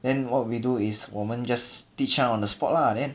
then what we do is 我们 just teach 他 on the spot lah then